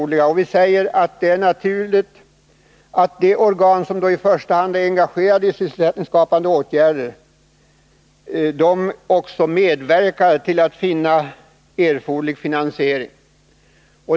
Vi säger vidare i utskottsbetänkandet att ”det är naturligt att de organ som i första hand är engagerade i sysselsättningsskapande åtgärder ——-—- också medverkar till att finna erforderlig finansiering”.